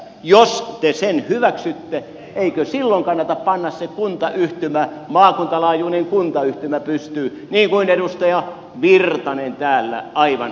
jos te sen hyväksytte eikö silloin kannata panna se maakunnan laajuinen kuntayhtymä pystyyn niin kuin edustaja virtanen täällä aivan oikein sanoi